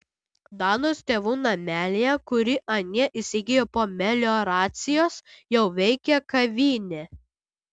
danos tėvų namelyje kurį anie įsigijo po melioracijos jau veikia kavinė